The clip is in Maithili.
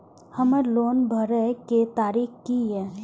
हमर लोन भरय के तारीख की ये?